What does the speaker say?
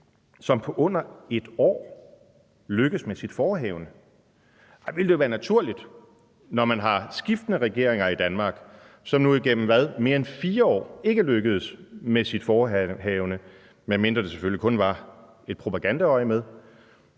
som på under et år lykkes med sit forehavende, ville det være naturligt, når man har skiftende regeringer i Danmark, som nu igennem, hvad, mere end 4 år ikke er lykkedes med deres forehavende – medmindre det selvfølgelig kun var et propagandaøjemed